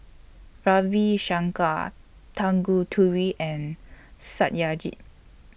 Ravi Shankar Tanguturi and Satyajit